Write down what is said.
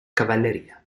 cavalleria